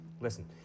listen